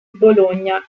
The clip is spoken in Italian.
bologna